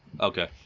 Okay